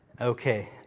Okay